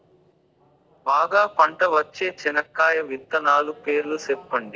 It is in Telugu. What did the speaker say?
బాగా పంట వచ్చే చెనక్కాయ విత్తనాలు పేర్లు సెప్పండి?